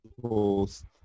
post